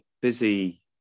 busy